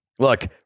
Look